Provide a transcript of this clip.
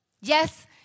yes